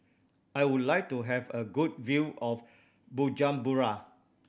I would like to have a good view of Bujumbura